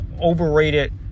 overrated